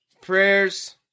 Prayers